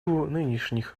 нынешних